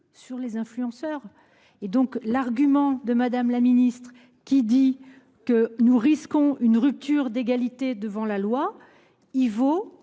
sur les influenceurs et donc l'argument de Madame la ministre qui dit que nous risquons une rupture d'égalité devant la loi. Ivo